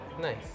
Nice